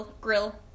grill